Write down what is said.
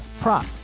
prop